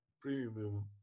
premium